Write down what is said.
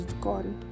God